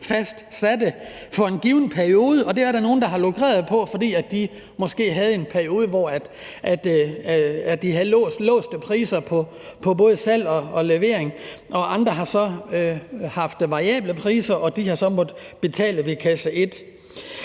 prisfastsatte for en given periode – og det er der nogle der har lukreret på, fordi de måske havde en periode, hvor de havde låste priser på både salg og levering, og andre har så haft variable priser, og de har så måttet betale ved kasse et.